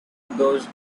those